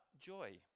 joy